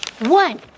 One